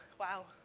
wow.